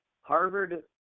Harvard